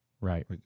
Right